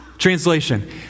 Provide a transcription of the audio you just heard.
Translation